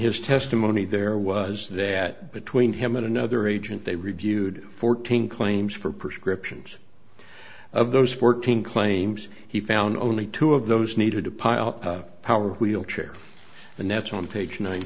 his testimony there was that between him and another agent they reviewed fourteen claims for prescriptions of those fourteen claims he found only two of those needed to pile power wheelchair and that's on page nine